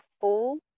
full